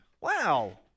Wow